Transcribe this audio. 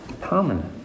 Permanent